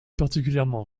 particulièrement